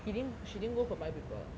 he didn't she didn't go for bio paper